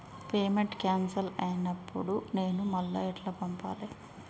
Payment cancel అయినపుడు నేను మళ్ళా ఎట్ల పంపాలే?